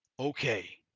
okay.